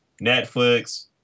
Netflix